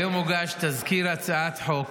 רבותיי, היום הוגש תזכיר הצעת החוק